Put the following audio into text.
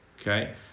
Okay